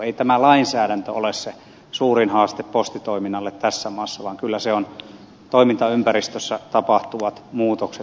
ei tämä lainsäädäntö ole se suurin haaste postitoiminnalle tässä maassa vaan kyllä sitä ovat toimintaympäristössä tapahtuvat muutokset